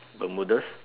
bermudas